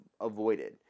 avoided